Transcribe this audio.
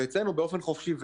ואצלנו באופן חופשי,